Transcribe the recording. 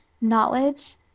knowledge